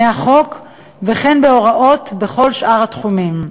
החוק וכן בהוראות בכל שאר התחומים.